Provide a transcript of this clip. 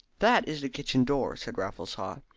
that is the kitchen door, said raffles haw.